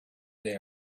they